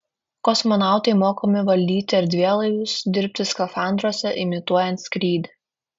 kosmonautai mokomi valdyti erdvėlaivius dirbti skafandruose imituojant skrydį